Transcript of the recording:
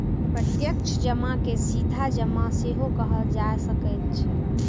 प्रत्यक्ष जमा के सीधा जमा सेहो कहल जा सकैत अछि